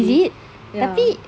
is it tapi